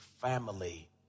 family